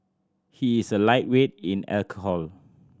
he is a lightweight in alcohol